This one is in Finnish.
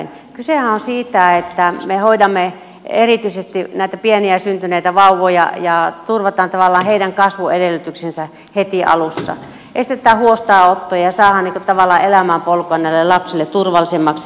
kysehän on siitä että me hoidamme erityisesti näitä pieniä syntyneitä vauvoja ja turvataan tavallaan heidän kasvuedellytyksensä heti alussa estetään huostaanottoja ja saadaan tavallaan elämän polkua näille lapsille turvallisemmaksi